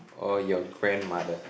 or your grandmother